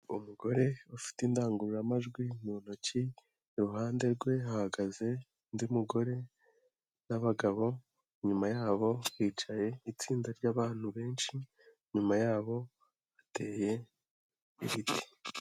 Umugore ufite indangururamajwi mu ntoki iruhande rwe hahagaze undi mugore n'abagabo, inyuma yabo hicaye itsinda ry'abantu benshi, inyuma yabo bateye ibiti.